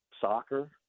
soccer